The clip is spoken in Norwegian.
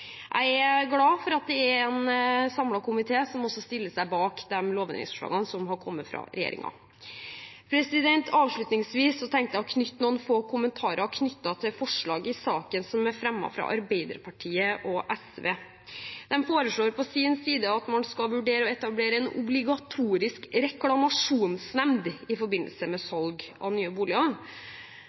Jeg er glad for at det er en samlet komité som stiller seg bak de lovendringsforslagene som er kommet fra regjeringen. Avslutningsvis tenkte jeg å knytte noen få kommentarer til et forslag i saken som er fremmet av Arbeiderpartiet og SV. De foreslår fra sin side at man skal vurdere å etablere en obligatorisk reklamasjonsnemnd i forbindelse med salg av nye boliger.